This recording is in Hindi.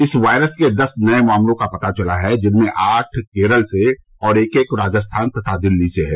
इस वायरस के दस नर्य मामलों का पता चला है जिनमें से आठ केरल से और एक एक राजस्थान तथा दिल्ली से है